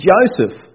Joseph